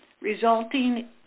resulting